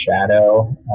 shadow